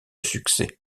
succès